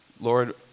Lord